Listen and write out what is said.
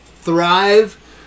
thrive